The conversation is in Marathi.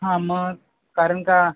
हां मग कारण का